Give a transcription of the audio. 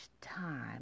time